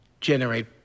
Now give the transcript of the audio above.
generate